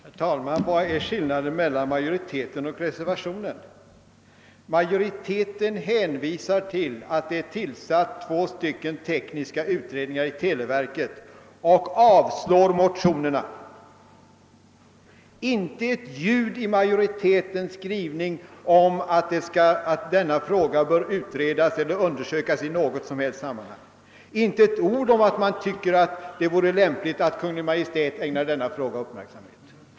Herr talman! Vad är skillnaden mellan utskottsmajoriteten och reservationen? Jo, majoriteten hänvisar till att det i televerket har igångsatts två tekniska utredningar, och därför har utskottet hemställt att motionerna avslås. Men det finns inte en rad i utskottsmajoritetens skrivning om att den stora frågan om en enhetlig telefontaxa bör utredas och inte heller om lämpligheten av att Kungl. Maj:t ägnar den sin uppmärksamhet.